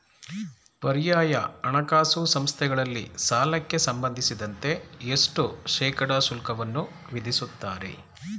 ಪರ್ಯಾಯ ಹಣಕಾಸು ಸಂಸ್ಥೆಗಳಲ್ಲಿ ಸಾಲಕ್ಕೆ ಸಂಬಂಧಿಸಿದಂತೆ ಎಷ್ಟು ಶೇಕಡಾ ಶುಲ್ಕವನ್ನು ವಿಧಿಸುತ್ತಾರೆ?